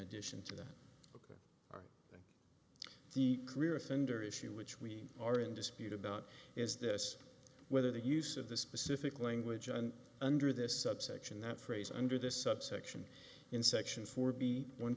addition to that the clear offender issue which we are in dispute about is this whether the use of the specific language and under this subsection that phrase under this subsection in section four b one